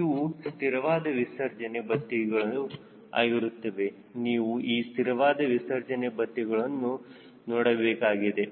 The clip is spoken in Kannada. ಇವು ಸ್ಥಿರವಾದ ವಿಸರ್ಜನೆ ಬತ್ತಿಗಳು ಆಗಿರುತ್ತವೆ ನೀವು ಈ ಸ್ಥಿರವಾದ ವಿಸರ್ಜನೆ ಬತ್ತಿಗಳನ್ನು ನೋಡಬೇಕಾಗಿದೆ